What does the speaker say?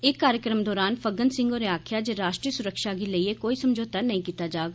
इस कारजक्रम दौरान फग्गन सिंह होरें आक्खेया जे राष्ट्रीय सुरक्षा गी लेइयै कोई समझौता नेंई कीता जाग